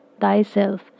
thyself